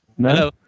Hello